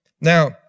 Now